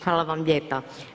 Hvala vam lijepa.